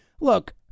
look